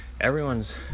everyone's